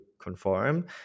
conform